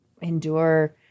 endure